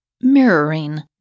Mirroring